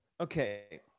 okay